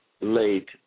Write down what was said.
late